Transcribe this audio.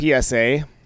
PSA